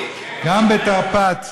גם בתרפ"ט,